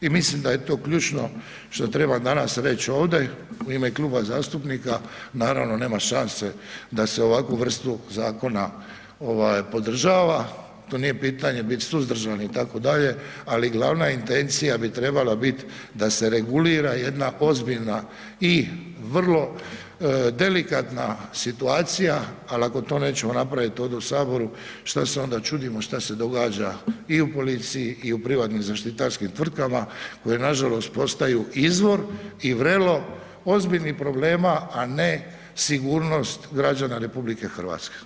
I mislim da je to ključno što treba danas reći ovdje u ime kluba zastupnika, naravno nema šanse da se ovakvu vrstu zakona ovaj podržava, to nije pitanje bit suzdržan itd., ali glavna intencija bi trebala biti da se regulira jedna ozbiljna i vrlo delikatna situacija, ali ako to nećemo napraviti ovdje u saboru šta se onda čudimo šta se događa i u policiji i u privatnim zaštitarskim tvrtkama koje nažalost postaju izvor i vrelo ozbiljnih problema, a ne sigurnost građana RH.